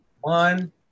One